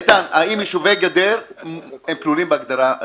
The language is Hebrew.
איתן, איתן, האם יישובי גדר כלולים בהגדרה?